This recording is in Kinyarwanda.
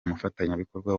umufatanyabikorwa